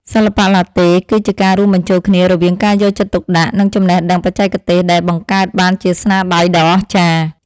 សិល្បៈឡាតេ គឺជាការរួមបញ្ចូលគ្នារវាងការយកចិត្តទុកដាក់ និងចំណេះដឹងបច្ចេកទេសដែលបង្កើតបានជាស្នាដៃដ៏អស្ចារ្យ។